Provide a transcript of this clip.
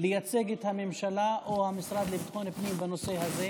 לייצג את הממשלה או את המשרד לביטחון פנים בנושא הזה.